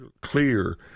clear